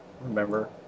Remember